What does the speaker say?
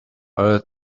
earth